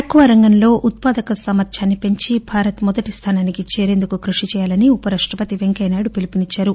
ఆక్వారంగంలో ఉత్పాదక సామర్థ్యాన్ని పెంచి భారత్ మొదటి స్థానానికి చేరేందుకు కృషి చేయాలని ఉపరాష్టపతి వెంకయ్యనాయుడు పిలుపు నిచ్చారు